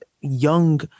young